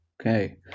Okay